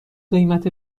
قیمت